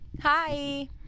Hi